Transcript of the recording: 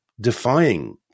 defying